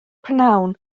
prynhawn